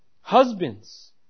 Husbands